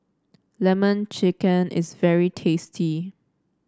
lemon chicken is very tasty